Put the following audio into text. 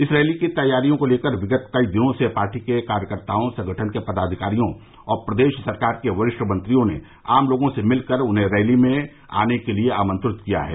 इस रैली की तैयारियो को लेकर विगत कई दिनों से पार्टी के कार्यकर्ताओं संगठन के पदाअधिकारियों और प्रदेश सरकार के वरिष्ठ मंत्रियों ने आम लोगों से मिलकर उन्हें रैली में आने के लिये आमंत्रित किया है